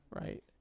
right